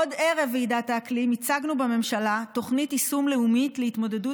עוד ערב ועידת האקלים הצגנו בממשלה תוכנית יישום לאומית להתמודדות